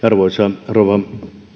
arvoisa rouva